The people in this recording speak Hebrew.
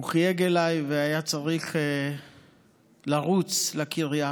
הוא חייג אליי כשהיה צריך לרוץ לקריה